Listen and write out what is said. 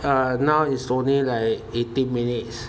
uh now is only like eighteen minutes